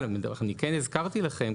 אבל אני כן הזכרתי לכם,